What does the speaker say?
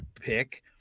pick